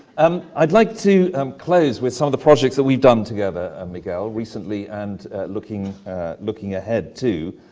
um i'd like to um close with some of the projects that we've done together, and miguel, recently and looking looking ahead to.